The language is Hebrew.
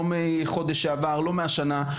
לא מהחודש שעבר ולא מהשנה.